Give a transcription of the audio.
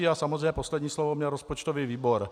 A samozřejmě poslední slovo měl rozpočtový výbor.